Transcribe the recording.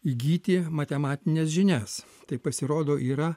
įgyti matematines žinias tai pasirodo yra